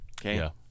Okay